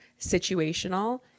situational